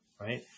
right